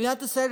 במדינת ישראל,